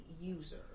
user